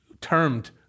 termed